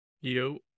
Yo